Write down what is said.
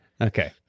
Okay